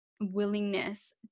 willingness